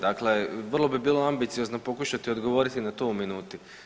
Dakle vrlo bi bilo ambiciozno pokušati odgovoriti na to u minuti.